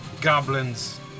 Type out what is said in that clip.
goblins